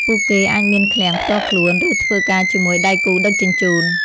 ពួកគេអាចមានឃ្លាំងផ្ទាល់ខ្លួន ឬធ្វើការជាមួយដៃគូដឹកជញ្ជូន។